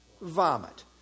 vomit